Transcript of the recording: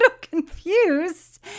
confused